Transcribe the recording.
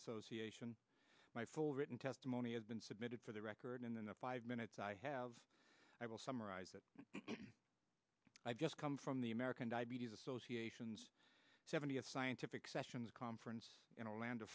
association my full written testimony has been submitted for the record in the five minutes i have i will summarize that i've just come from the american diabetes association seventy of scientific sessions conference in orlando